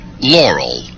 Laurel